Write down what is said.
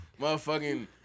motherfucking